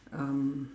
um